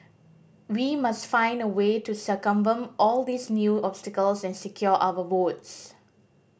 we must find a way to circumvent all these new obstacles and secure our votes